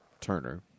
Turner